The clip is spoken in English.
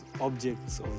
objects